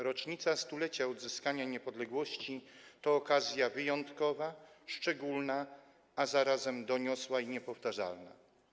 Rocznica 100-lecia odzyskania niepodległości to okazja wyjątkowa, szczególna, a zarazem doniosła i niepowtarzalna.